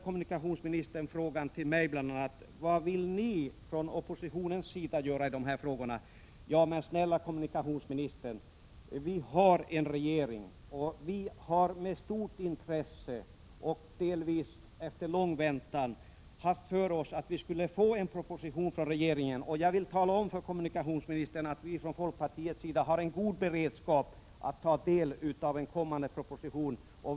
Kommunikationsministern ställer frågan bl.a. till mig: Vad vill ni från oppositionens sida göra i dessa frågor? Snälla kommunikationsministern, vi har en regering, och vi har med stort intresse och delvis efter lång väntan haft för oss att vi skulle få en proposition från regeringen. Jag vill tala om för kommunikationsministern att vi inom folkpartiet har en god beredskap att ta del av en kommande proposition.